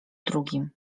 drugim